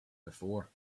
before